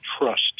trust